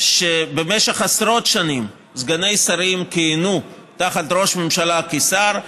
שבמשך עשרות שנים סגני שרים כיהנו תחת ראש ממשלה כשר,